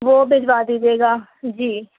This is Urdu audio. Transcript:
وہ بھیجوا دیجیے گا جی